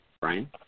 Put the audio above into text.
Brian